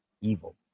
evil